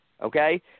okay